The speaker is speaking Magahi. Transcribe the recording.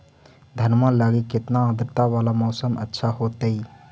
धनमा लगी केतना आद्रता वाला मौसम अच्छा होतई?